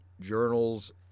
journals